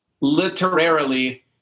literarily